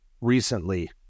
recently